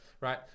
right